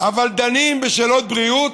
אבל דנים בשאלות בריאות,